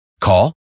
Call